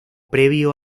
previo